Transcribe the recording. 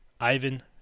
Ivan